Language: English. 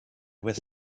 with